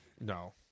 No